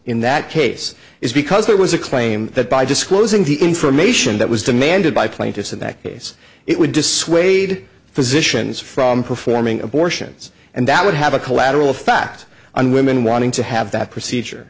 in that case is because it was a claim that by disclosing the information that was demanded by plaintiffs in that case it would just swayed physicians from performing abortions and that would have a collateral fact on women wanting to have that procedure